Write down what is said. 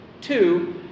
Two